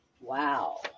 Wow